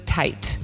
tight